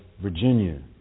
Virginia